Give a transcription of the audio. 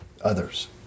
others